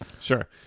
sure